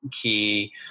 key